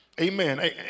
Amen